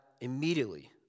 immediately